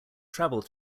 travel